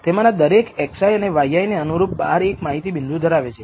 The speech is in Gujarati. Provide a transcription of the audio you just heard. તેમાંના દરેક xi અને yi ને અનુરૂપ બરાબર 1 માહિતી બિંદુ ધરાવે છે